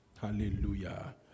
Hallelujah